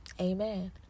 amen